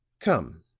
come,